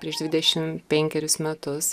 prieš dvidešim penkeris metus